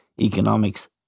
economics